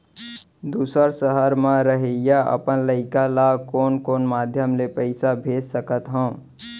दूसर सहर म रहइया अपन लइका ला कोन कोन माधयम ले पइसा भेज सकत हव?